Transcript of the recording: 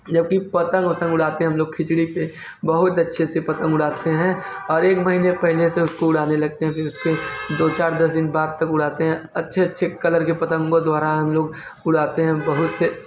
जब कि पतंग वतंग उड़ाते हैं हम लोग खिचड़ी पे बहुत अच्छे से पतंग उड़ाते हैं और एक महीने पहले से उसको उड़ाने लगते हैं फिर उसके दो चार दस दिन बाद तक उड़ाते हैं अच्छे अच्छे कलर के पतंग को दोहराए हम लोग उड़ाते हैं बहुत से